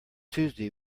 tuesday